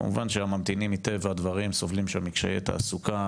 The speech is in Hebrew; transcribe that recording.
כמובן שהממתינים מטבע הדברים סובלים מקשיי תעסוקה